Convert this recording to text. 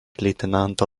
leitenanto